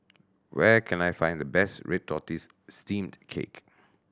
where can I find the best red tortoise steamed cake